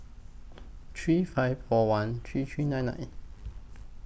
three five four one three three nine nine